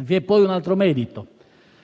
Vi è poi un altro merito: